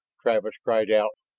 travis cried out.